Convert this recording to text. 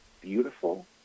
beautiful